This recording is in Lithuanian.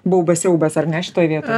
baubas siaubas ar ne šitoj vietoj